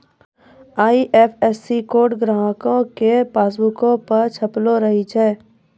IFSC code ग्राहको के पासबुको पे छपलो रहै छै